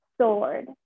sword